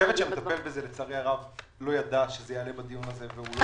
הצוות שמטפל בזה לצערי הרב לא ידע שזה יעלה בדיון הזה.